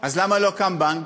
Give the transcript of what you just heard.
אז למה לא קם בנק?